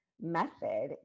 method